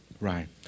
Right